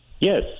Yes